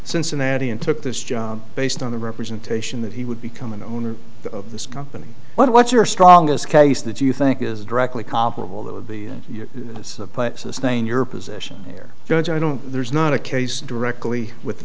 cincinnati and took this job based on the representation that he would become an owner of this company what's your strongest case that you think is directly comparable that would be put sustain your position here judge i don't there's not a case directly with the